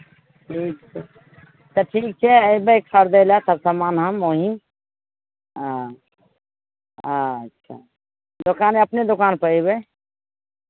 ठीक छै तऽ ठीक छै अयबै खरीदय लेल सभ सामानसभ हम ओहीँ हँ अच्छा दोकान अपने दोकानपर अयबै